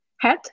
head